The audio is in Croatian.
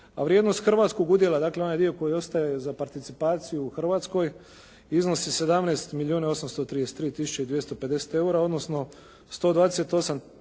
a vrijednost hrvatskog udjela, dakle onaj dio koji ostaje za participaciju u Hrvatskoj iznosi 17 milijuna 833 tisuće i 250 eura odnosno 128